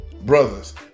Brothers